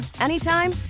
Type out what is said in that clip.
anytime